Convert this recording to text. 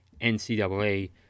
NCAA